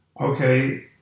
Okay